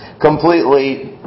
completely